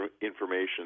information